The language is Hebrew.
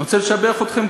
אני רוצה לשבח אתכם,